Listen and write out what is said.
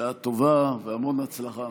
בשעה טובה והמון הצלחה.